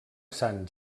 sant